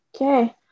Okay